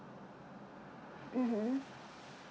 mmhmm